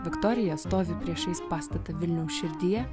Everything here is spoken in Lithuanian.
viktorija stovi priešais pastatą vilniaus širdyje